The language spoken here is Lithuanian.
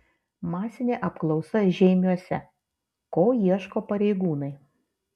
masinė apklausa žeimiuose ko ieško pareigūnai